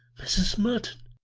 mrs. merton,